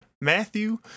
Matthew